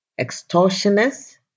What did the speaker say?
extortionist